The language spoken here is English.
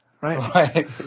right